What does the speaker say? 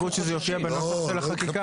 ולכן יש חשיבות שזה יופיע בנוסח של החקיקה.